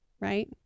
Right